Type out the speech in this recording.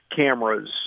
cameras